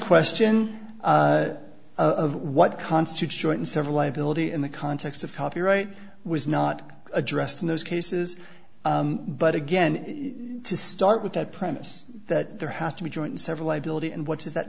question of what constitutes joint and several liability in the context of copyright was not addressed in those cases but again to start with that premise that there has to be joint several i build it and what does that